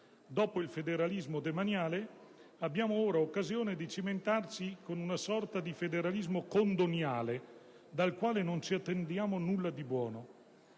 Dopo il federalismo demaniale, abbiamo ora occasione di cimentarci in una sorta di federalismo "condoniale", dal quale non ci attendiamo nulla di buono,